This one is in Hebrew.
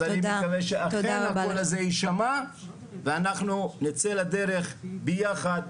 אז אני מקווה שאכן הקול הזה יישמע ואנחנו נצא לדרך ביחד,